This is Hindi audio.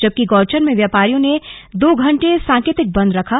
जबकि गौचर में व्यापारियों ने दो घंटे सांकेतिक बंद रखा